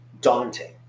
daunting